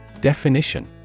Definition